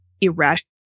irrational